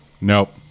Nope